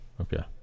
Okay